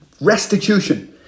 Restitution